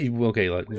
okay